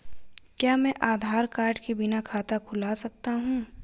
क्या मैं आधार कार्ड के बिना खाता खुला सकता हूं?